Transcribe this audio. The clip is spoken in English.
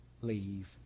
leave